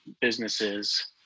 businesses